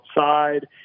outside